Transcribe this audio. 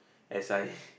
as I